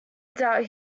doubt